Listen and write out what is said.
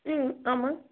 ம் ஆமாம்